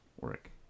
work